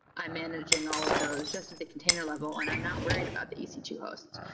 i'm managing all of those just at the container level and i'm not worried about the e c two hosts.